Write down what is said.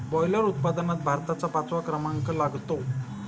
boiler उत्पादनात भारताचा पाचवा क्रमांक लागतो